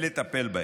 ולטפל בהם.